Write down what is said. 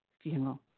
funeral